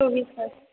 चोवीस तास